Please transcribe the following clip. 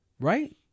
Right